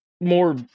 more